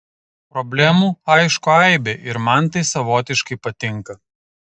problemų aišku aibė ir man tai savotiškai patinka